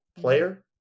player